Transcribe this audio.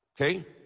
Okay